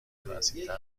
وسیعتر